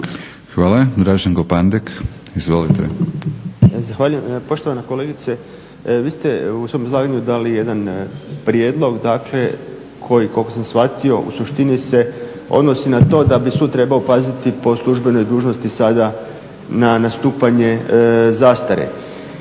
**Pandek, Draženko (SDP)** Zahvaljujem. Poštovana kolegice, vi ste u svom izlaganju dali jedan prijedlog, dakle koji koliko sam shvatio u suštini se odnosi na to da bi sud trebao paziti po službenoj dužnosti sada na stupanje zastare.